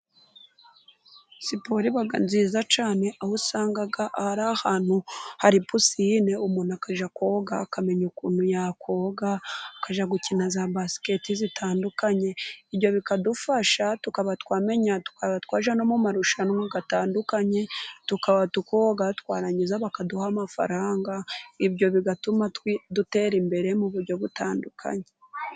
Siporo iba nziza cyane aho usanga hari ahantu hari pisine umuntu akajya koga akamenya ukuntu yakoga, akajya gukina za basiketi zitandukanye, ibyo bikadufasha, tukaba twamenya, twajya no mu marushanwa atandukanye, tukaba, tukoga, twarangiza bakaduha amafaranga, ibyo bigatuma dutera imbere mu buryo butandukanye.